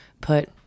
put